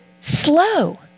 slow